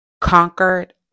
Conquered